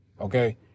okay